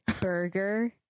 Burger